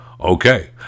Okay